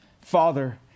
Father